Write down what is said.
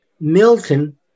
Milton